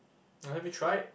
uh have you tried